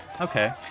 Okay